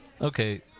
Okay